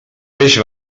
peix